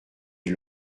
ils